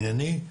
ענייני,